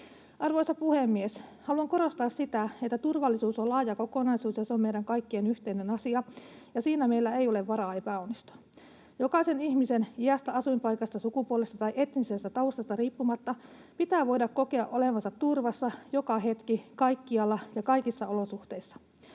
Arvoisa puhemies! Haluan korostaa, että turvallisuus on laaja kokonaisuus ja meidän kaikkien yhteinen asia ja että siinä meillä ei ole varaa epäonnistua. Jokaisen ihmisen, iästä, asuinpaikasta, sukupuolesta tai etnisestä taustasta riippumatta, pitää voida kokea olevansa turvassa joka hetki kaikkialla ja kaikissa olosuhteissa.